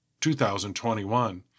2021